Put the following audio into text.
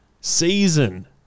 season